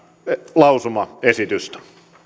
lausumaesitystä